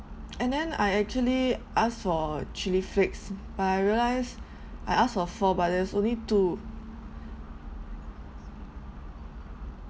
and then I actually asked for chilli flakes but I realise I ask for four but there's only two